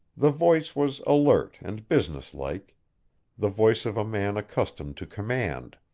the voice was alert and businesslike the voice of a man accustomed to command.